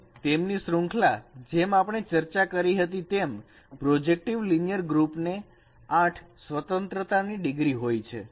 અને તેમની શૃંખલા જે આપણે ચર્ચા કરી હતી તેમ પ્રોજેક્ટિવ લિનિયર ગ્રુપ ને 8 સ્વતંત્રતાની ડિગ્રી હોય છે